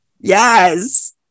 Yes